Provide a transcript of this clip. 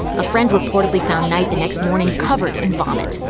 a friend reportedly found knight the next morning covered in vomit.